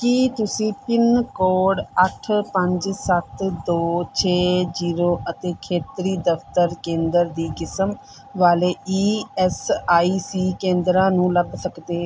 ਕੀ ਤੁਸੀਂ pin code ਅੱਠ ਪੰਜ ਸੱਤ ਦੋ ਛੇ ਜ਼ੀਰੋ ਅਤੇ ਖੇਤਰੀ ਦਫ਼ਤਰ ਕੇਂਦਰ ਦੀ ਕਿਸਮ ਵਾਲੇ ਈ ਐੱਸ ਆਈ ਸੀ ਕੇਂਦਰਾਂ ਨੂੰ ਲੱਭ ਸਕਦੇ